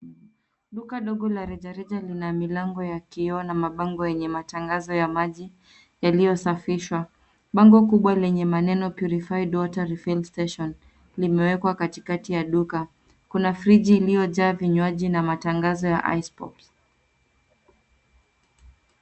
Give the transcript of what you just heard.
Duka dogo la rejareja lina milango ya kioo na mabango yenye matangazo ya maji yaliyosafishwa. Bango kubwa lenye maneno purified water refill station limewekwa katikati ya duka. Kuna friji iliyojaa vinywaji na matangazo ya ice pops .